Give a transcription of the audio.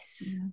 Yes